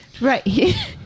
Right